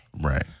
Right